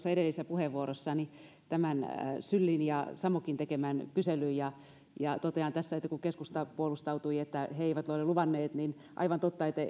edellisessä puheenvuorossani tämän sylin ja samokin tekemän kyselyn ja ja totean tässä kun keskusta puolustautui että he eivät ole luvanneet että aivan totta